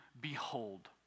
behold